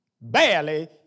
Barely